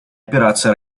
операций